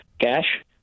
cash